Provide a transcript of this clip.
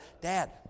Dad